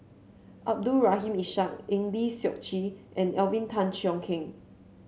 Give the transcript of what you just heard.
Abdul Rahim Ishak Eng Lee Seok Chee and Alvin Tan Cheong Kheng